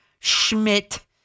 Schmidt